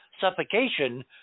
suffocation